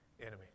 enemy